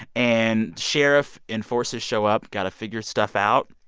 and sheriff and forces show up, got to figure stuff out.